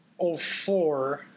04